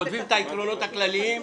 כותבים את העקרונות הכלליים.